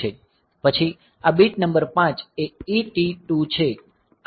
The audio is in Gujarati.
પછી આ બીટ નંબર 5 એ ET2 છે